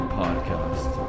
podcast